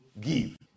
give